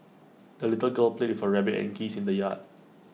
the little girl played with her rabbit and geese in the yard